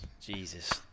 Jesus